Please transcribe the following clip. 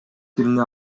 тилине